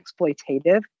exploitative